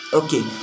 okay